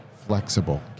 flexible